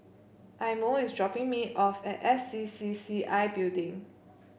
Imo is dropping me off at S C C C I Building